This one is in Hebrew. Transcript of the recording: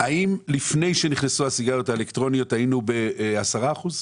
האם לפני שנכנסו הסיגריות האלקטרוניות היינו ב-10 אחוזים?